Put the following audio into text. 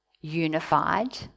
unified